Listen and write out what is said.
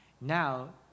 Now